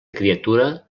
criatura